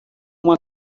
uma